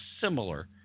similar